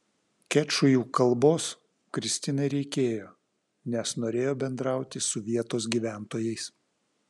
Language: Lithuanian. kečujų kalbos kristinai reikėjo nes norėjo bendrauti su vietos gyventojais